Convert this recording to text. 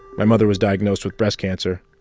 my mother was diagnosed with breast cancer.